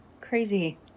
Crazy